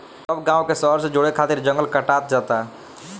सब गांव के शहर से जोड़े खातिर जंगल कटात जाता